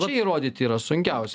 čia įrodyti yra sunkiausia